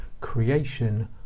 Creation